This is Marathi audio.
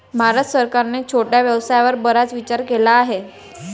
भारत सरकारने छोट्या व्यवसायावर बराच विचार केला आहे